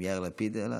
אם יאיר לפיד העלה,